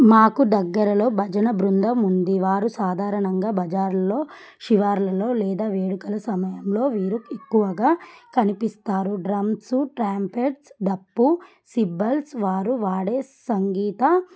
మాకు దగ్గరలో భజన బృందం ఉంది వారు సాధారణంగా బజార్లో శివారులలో లేదా వేడుకల సమయంలో వీరు ఎక్కువగా కనిపిస్తారు డ్రమ్స్ ట్రాంపెట్స్ డప్పు సిబ్బల్స్ వారు వాడే సంగీత